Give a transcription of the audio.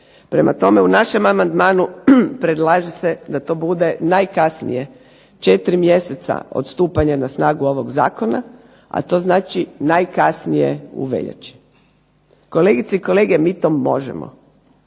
Prema tome, u našem amandmanu predlaže se da to bude najkasnije 4 mjeseca od stupanja na snagu ovog zakona, a to znači najkasnije u veljači. Kolegice i kolege mi to možemo.